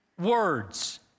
words